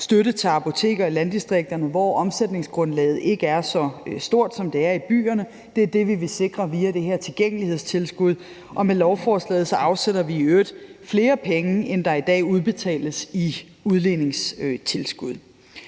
støtte til apoteker i landdistrikterne, hvor omsætningsgrundlaget ikke er så stort, som det er i byerne. Det er det, vi vil sikre via det her tilgængelighedstilskud, og med lovforslaget afsætter vi i øvrigt flere penge, end der i dag udbetales i udligningstilskud.